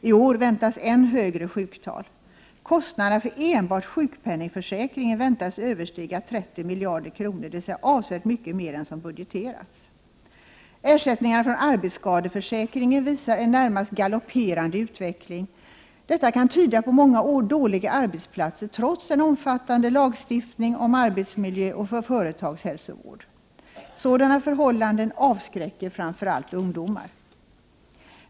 I år väntas än högre sjuktal. Kostnaderna för enbart sjukpenningförsäkringen väntas överstiga 30 miljarder kronor, dvs. avsevärt mycket mer än som budgeterats. Ersättningarna från arbetsskadeförsäkringen visar en närmast galopperande utveckling. Det kan tyda på många dåliga arbetsplatser, trots en omfattande lagstiftning om arbetsmiljön och företagshälsovården. Sådana förhållanden avskräcker framför allt ungdomar.